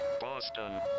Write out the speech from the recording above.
Boston